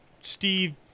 Steve